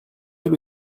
elle